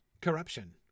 corruption